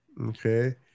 Okay